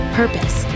purpose